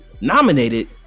nominated